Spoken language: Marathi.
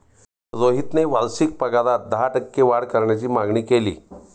रोहितने वार्षिक पगारात दहा टक्के वाढ करण्याची मागणी केली